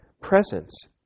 presence